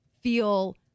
feel